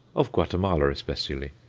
of guatemala especially,